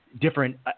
different